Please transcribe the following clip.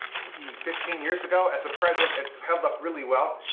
maybe fifteen years ago as a present. it's held up really well.